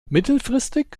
mittelfristig